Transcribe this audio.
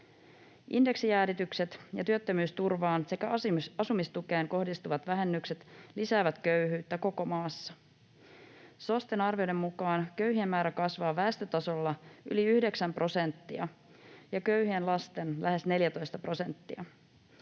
Indeksijäädytykset ja työttömyysturvaan sekä asumistukeen kohdistuvat vähennykset lisäävät köyhyyttä koko maassa. SOSTEn arvioiden mukaan köyhien määrä kasvaa väestötasolla yli yhdeksän prosenttia ja köyhien lasten lähes 14 prosenttia.